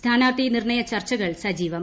സ്ഥാനാർത്ഥി നിർണ്ണയ ചർച്ചുകൾ സജീവം